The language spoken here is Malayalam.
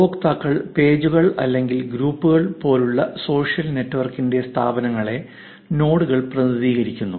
ഉപയോക്താക്കൾ പേജുകൾ അല്ലെങ്കിൽ ഗ്രൂപ്പുകൾ പോലുള്ള സോഷ്യൽ നെറ്റ്വർക്കിന്റെ സ്ഥാപനങ്ങളെ നോഡുകൾ പ്രതിനിധീകരിക്കുന്നു